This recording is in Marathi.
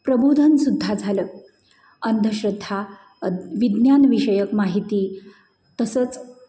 प्रबोधन सुद्धा झालं अंधश्रद्धा विज्ञान विषयक माहिती तसंच